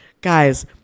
Guys